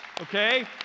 Okay